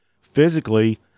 physically